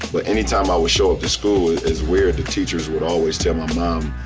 but any time i would show up to school, it is weird, the teachers would always tell my mom,